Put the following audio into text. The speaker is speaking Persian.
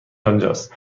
آنجاست